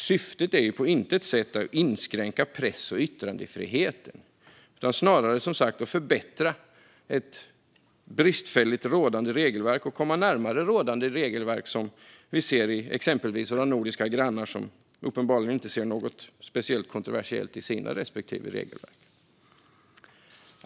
Syftet är ju på intet sätt att inskränka press och yttrandefriheten utan snarare som sagt att förbättra ett bristfälligt rådande regelverk och komma närmare rådande regelverk hos exempelvis våra nordiska grannar, som uppenbarligen inte ser något speciellt kontroversiellt i sina respektive regelverk.